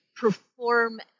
perform